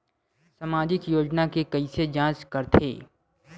सामाजिक योजना के कइसे जांच करथे?